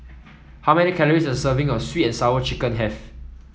how many calories does a serving of sweet and Sour Chicken have